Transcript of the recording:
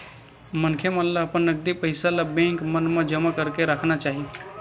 मनखे मन ल अपन नगदी पइया ल बेंक मन म जमा करके राखना चाही